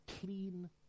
clean